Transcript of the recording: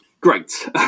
Great